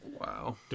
wow